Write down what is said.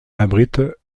abrite